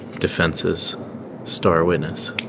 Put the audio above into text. defense's star witness